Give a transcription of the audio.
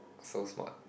so smart